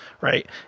Right